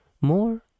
more